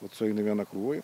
vat sueini į viena krūvą